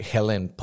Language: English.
Helen